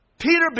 Peter